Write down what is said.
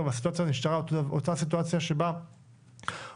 והסיטואציה נשארה אותה סיטואציה שבה הוארך,